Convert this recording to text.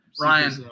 Ryan